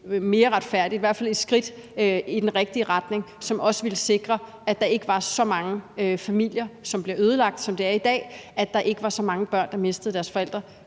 mere retfærdigt, i hvert fald et skridt i den rigtige retning, som også ville sikre, at der ikke var så mange familier, som blev ødelagt, som det er i dag, og at der ikke var så mange børn, der mistede deres forældre.